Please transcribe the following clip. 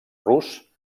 rus